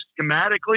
schematically